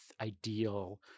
ideal